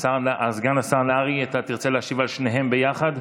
סגן השר נהרי, אתה תרצה להשיב על שתיהן ביחד?